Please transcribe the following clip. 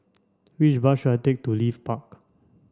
which bus should I take to Leith Park